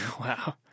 Wow